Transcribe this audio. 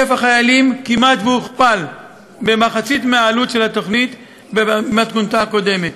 מספר החיילים כמעט הוכפל במחצית מהעלות של התוכנית במתכונתה הקודמת.